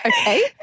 okay